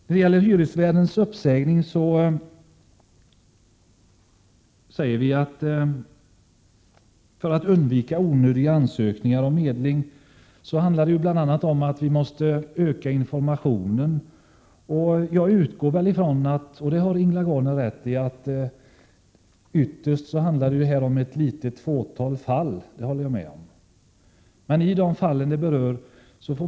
När det gäller hyresvärdens uppsägning säger vi att man för att undvika onödiga ansökningar om medling måste öka informationen. Ytterst handlar det här om ett fåtal fall. Det håller jag med Ingela Gardner om.